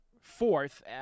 fourth